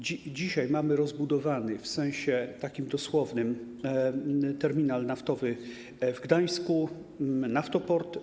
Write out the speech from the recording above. Dzisiaj mamy rozbudowany, w sensie takim dosłownym, terminal naftowy w Gdańsku - Naftoport.